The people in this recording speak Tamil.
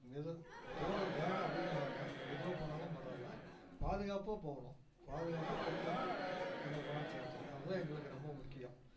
மெதுவாக தூர வேகம் அதிகமாக வேண்டாம் மெதுவாக போனாலும் பரவாயில்ல பாதுகாப்பாக போகணும் பாதுகாப்பாக கொண்டுட்டு வந்து எங்களை கொண்டாந்து சேத்துடணும் அதுதான் எங்களுக்கு ரொம்ப முக்கியம்